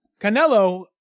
Canelo